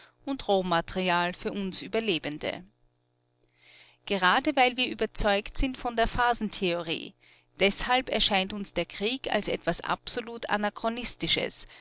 und rohmaterial für uns überlebende gerade weil wir überzeugt sind von der phasentheorie deshalb erscheint uns der krieg als etwas absolut anachronistisches